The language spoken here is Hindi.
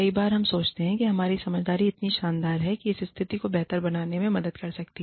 कई बार हम सोचते हैं कि हमारी समझदारी इतनी शानदार है कि यह स्थिति को बेहतर बनाने में मदद कर सकती है